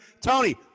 Tony